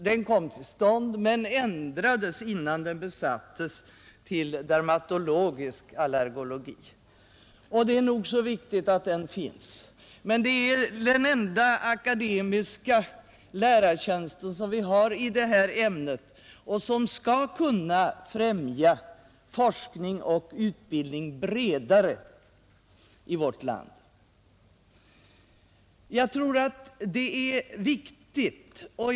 Den kom till stånd men ändrades innan den besattes till professur i dermatologisk allergologi. Det är nog så riktigt att den finns. Men det är den enda akademiska lärartjänst som vi har i det här ämnet och som skall kunna främja forskning och bredare utbildning i vårt land.